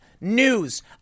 news